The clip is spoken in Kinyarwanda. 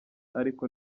ariko